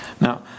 Now